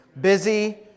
busy